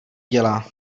dělá